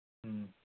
ꯎꯝ